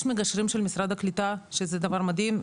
יש מגשרים של משרד הקליטה שזה דבר מדהים,